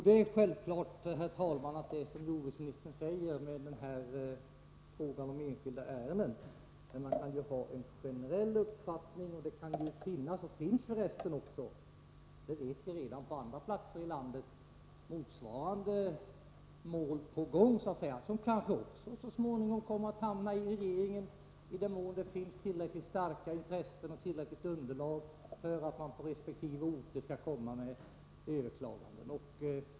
Herr talman! Det är självfallet så som jordbruksministern säger när det gäller enskilda ärenden. Men man kan ju ha en generell uppfattning. Det finns för resten — det vet jag redan — på andra platser i landet än den nu aktuella motsvarande mål på gång så att säga, vilka måhända så småningom hamnar hos regeringen, i den mån det finns tillräckligt starka intressen och tillräckligt underlag för att man från resp. orter skall komma med överklaganden.